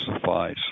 suffice